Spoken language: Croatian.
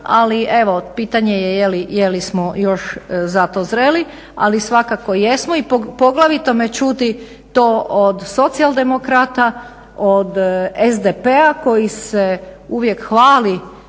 Ali evo pitanje je jesmo li još za to zreli, ali svakako jesmo i poglavito me čudi to od socijaldemokrata, od SDP-a koji se uvijek hvali